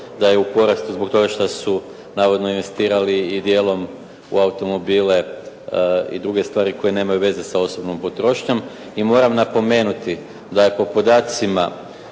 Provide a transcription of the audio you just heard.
da je u porastu zbog toga što su navodno investirali i dijelom u automobile i druge stvari koje nemaju veze sa osobnom potrošnjom. I moram napomenuti da po podacima